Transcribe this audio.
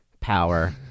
power